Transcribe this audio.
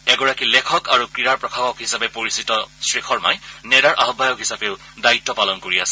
এগৰাকী লেখক আৰু ক্ৰীড়া প্ৰশাসক হিচাপে পৰিচিত শ্ৰীশৰ্মাই নেডাৰ আহায়ক হিচাপেও দায়িত্ব পালন কৰি আছে